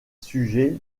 sujet